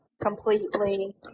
completely